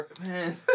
man